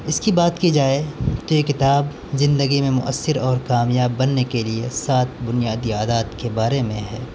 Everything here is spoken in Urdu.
اس کی بات کی جائے تو یہ کتاب زندگی میں موثر اور کامیاب بننے کے لیے سات بنیادی عادات کے بارے میں ہے